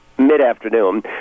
mid-afternoon